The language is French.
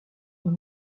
dans